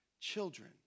children